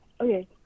Okay